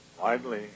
widely